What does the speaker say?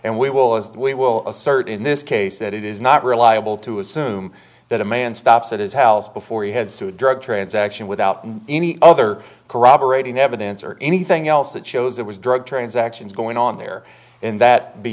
as we will assert in this case that it is not reliable to assume that a man stops at his house before he heads to a drug transaction without any other corroborating evidence or anything else that shows it was drug transactions going on there and that be